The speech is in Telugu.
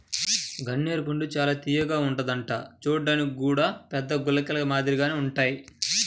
గన్నేరు పండు చానా తియ్యగా ఉంటదంట చూడ్డానికి గూడా పెద్ద గుళికల మాదిరిగుంటాయ్